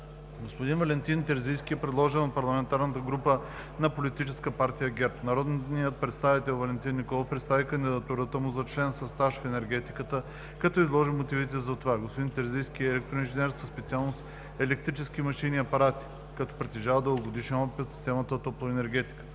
Господин Валентин Терзийски е предложен от парламентарната група на Политическа партия ГЕРБ. Народният представител Валентин Николов представи кандидатурата му за член със стаж в енергетиката, като изложи мотивите за това: господин Терзийски е електроинженер със специалност „Електрически машини и апарати“, като притежава дългогодишен опит в системата на топлоенергетиката.